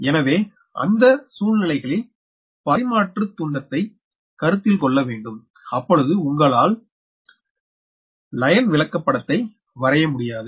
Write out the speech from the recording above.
எனவே அந்த சூழல்களின் பரிமாற்றுத் தூண்டதை கருத்தில்கொள்ள வேண்டும் அப்பொழுது உங்களால் கோட்டு வரி விளக்கப்படத்தை வரைய முடியாது